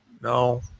no